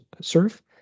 serve